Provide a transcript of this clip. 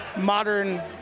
modern